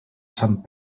sant